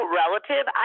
relative